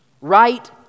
right